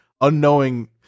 unknowing